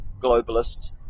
globalists